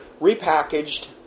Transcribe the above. repackaged